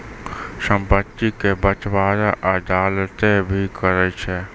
संपत्ति के बंटबारा अदालतें भी करै छै